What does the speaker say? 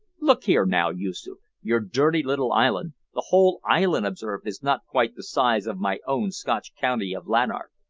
look here, now, yoosoof, your dirty little island the whole island observe is not quite the size of my own scotch county of lanark.